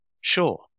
Sure